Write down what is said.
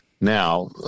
now